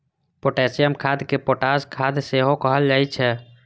potassium खाद कें potash खाद सेहो कहल जाइ छै